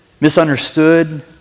misunderstood